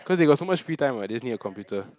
cause they got so much free time [what] they just need a computer